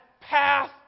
path